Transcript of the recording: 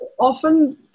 Often